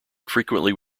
frequently